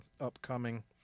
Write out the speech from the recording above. upcoming